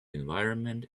environment